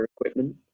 equipment